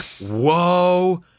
Whoa